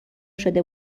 شده